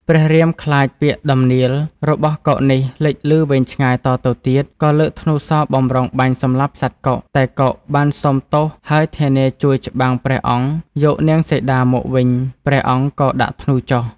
ព្រះរាមខ្លាចពាក្យដំនៀល របស់កុកនេះលេចឮវែងឆ្ងាយតទៅទៀត ក៏លើធ្នូសរបម្រុងបាញ់សម្លាប់សត្វកុក តែកុកបានសុំ ទោសហើយធានាជួយច្បាំងព្រះអង្គយកនាងសីតាមកវិញ ព្រះអង្គក៏ដាក់ធ្នូចុះ។